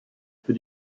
für